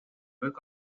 bug